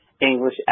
English